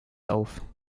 auf